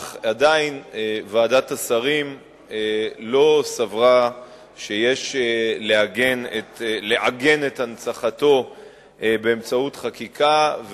אך עדיין ועדת השרים לא סברה שיש לעגן את הנצחתו באמצעות חקיקה.